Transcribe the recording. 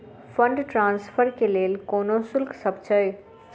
Fund transfer केँ लेल कोनो शुल्कसभ छै?